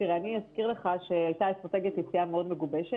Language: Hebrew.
אני אזכיר לך שהייתה אסטרטגיית יציאה מאוד מגובשת